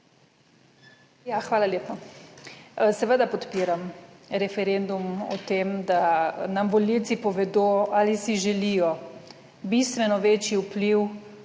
Hvala lepa. Seveda podpiram referendum o tem, da nam volivci povedo ali si želijo bistveno večji vpliv